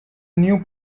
new